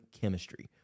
chemistry